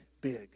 big